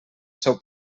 seu